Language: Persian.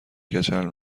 کچل